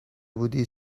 بودی